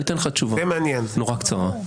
אני אתן לך תשובה, נורא קצרה.